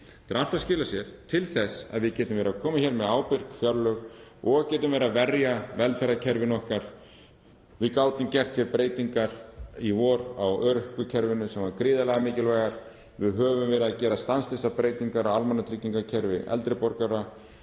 Þetta er allt að skila sér. Þess vegna getum við komið með ábyrg fjárlög og getum verið að verja velferðarkerfin okkar. Við gátum gert breytingar í vor á örorkukerfinu sem voru gríðarlega mikilvægar. Við höfum verið að gera stanslausar breytingar á almannatryggingakerfi eldri borgara.